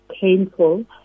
painful